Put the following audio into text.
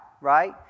right